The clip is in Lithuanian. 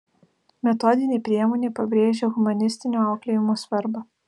metodinė priemonė pabrėžia humanistinio auklėjimo svarbą